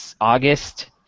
August